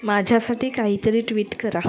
माझ्यासाठी काही तरी ट्विट करा